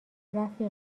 رفیق